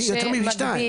כן, יותר מפי שתיים.